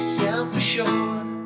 self-assured